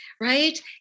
Right